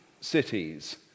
cities